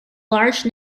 large